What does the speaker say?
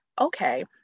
okay